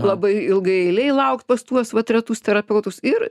labai ilgai eilėj laukt pas tuos vat retus terapeutus ir